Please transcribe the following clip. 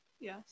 Yes